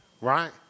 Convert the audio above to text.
right